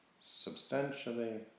substantially